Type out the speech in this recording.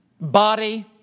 body